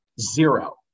Zero